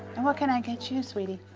and what can i get you, sweetie?